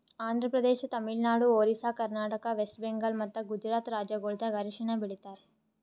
Andhra Pradesh, Tamil Nadu, Orissa, Karnataka, west Bengal ಮತ್ತ ಗುಜರಾತ್ ರಾಜ್ಯಗೊಳ್ದಾಗ್ ಅರಿಶಿನ ಬೆಳಿತಾರ್